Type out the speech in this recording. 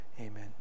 Amen